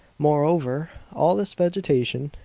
moreover, all this vegetation,